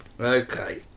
Okay